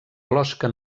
closca